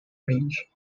range